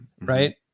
right